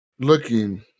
Looking